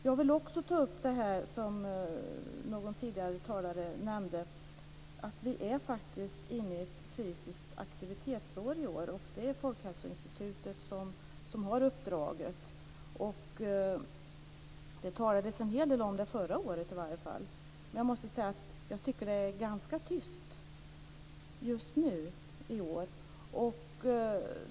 Jag vill också ta upp det som en tidigare talare nämnde, att vi faktiskt är inne i ett fysiskt aktivitetsår. Det är Folkhälsoinstitutet som har uppdraget. Det talades en hel del om det förra året. Men jag måste säga att jag tycker att det är ganska tyst just nu.